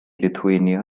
lithuania